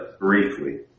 briefly